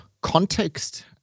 context